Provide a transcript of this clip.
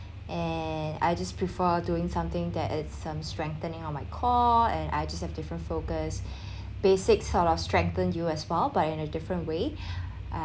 and I just prefer doing something that is some strengthening on my core and I just have different focus basics sort of strengthened you as well but in a different way